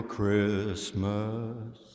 Christmas